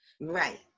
right